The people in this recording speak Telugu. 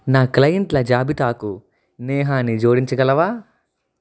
నా క్లైంట్ల జాబితాకు నేహాని జోడించగలవా